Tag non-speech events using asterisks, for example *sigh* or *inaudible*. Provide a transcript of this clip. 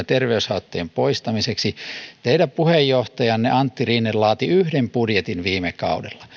*unintelligible* terveyshaittojen poistamiseksi tämän teidän puheenjohtajanne antti rinne laati yhden budjetin viime kaudella